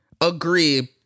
agree